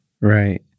Right